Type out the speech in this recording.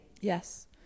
Yes